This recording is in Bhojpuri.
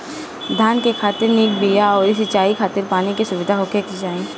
धान के खेती खातिर निक बिया अउरी सिंचाई खातिर पानी के सुविधा होखे के चाही